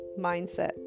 mindset